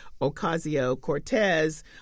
Ocasio-Cortez